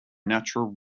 natural